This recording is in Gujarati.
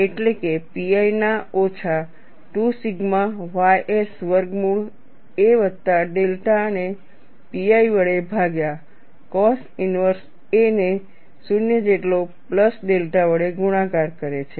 એટલે કે pi ના ઓછા 2 સિગ્મા ys વર્ગમૂળ a વત્તા ડેલ્ટા ને pi વડે ભાગ્યા cos ઇનવર્સ a ને 0 જેટલો પ્લસ ડેલ્ટા વડે ગુણાકાર કરે છે